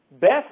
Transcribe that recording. Best